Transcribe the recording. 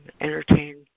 entertain